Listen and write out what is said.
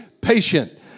patient